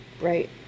right